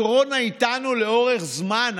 הקורונה איתנו לאורך זמן,